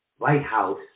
lighthouse